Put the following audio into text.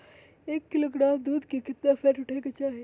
एक किलोग्राम दूध में केतना फैट उठे के चाही?